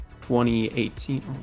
2018